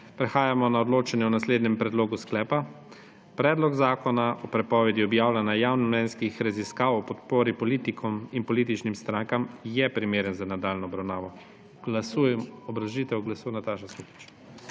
Prehajamo na odločanje o naslednjem predlogu sklepa: Predlog Zakona o prepovedi objavljanja javnomnenjskih raziskav o podpori politikom in političnim strankam je primeren za nadaljnjo obravnavo. Obrazložitev glasu Nataša Sukič.